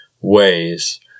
ways